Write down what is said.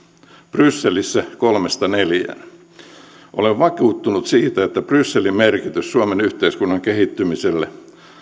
brysselissä kolmen viiva neljännen olen vakuuttunut siitä että brysselin merkitys suomen yhteiskunnan kehittymiselle